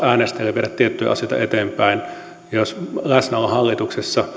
äänestäjille viedä tiettyjä asioita eteenpäin ja jos on läsnä hallituksessa